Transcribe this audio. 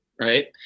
Right